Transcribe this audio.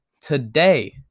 today